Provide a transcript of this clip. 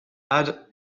add